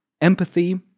empathy